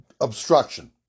obstruction